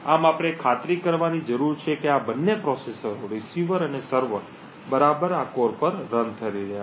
આમ આપણે ખાતરી કરવાની જરૂર છે કે આ બંને પ્રોસેસરો રીસીવર અને સર્વર બરાબર આ કોર પર રન થઈ રહ્યા છે